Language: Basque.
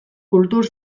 kultur